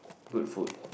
good food